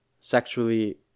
sexually